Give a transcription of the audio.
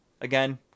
again